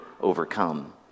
overcome